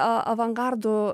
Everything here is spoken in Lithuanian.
a avangardu